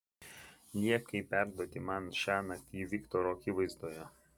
liepk jai perduoti man šiąnakt jį viktoro akivaizdoje